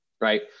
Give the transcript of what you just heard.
right